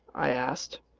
i asked.